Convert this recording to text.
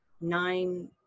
nine